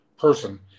person